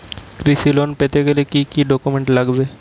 কৃষি লোন পেতে গেলে কি কি ডকুমেন্ট লাগবে?